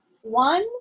one